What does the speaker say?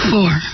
Four